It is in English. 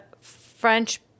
French